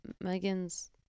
megan's